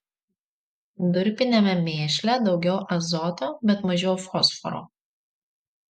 durpiniame mėšle daugiau azoto bet mažiau fosforo